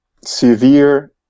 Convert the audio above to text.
severe